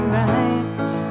nights